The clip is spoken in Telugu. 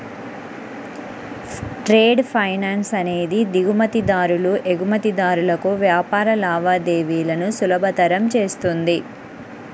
ట్రేడ్ ఫైనాన్స్ అనేది దిగుమతిదారులు, ఎగుమతిదారులకు వ్యాపార లావాదేవీలను సులభతరం చేస్తుంది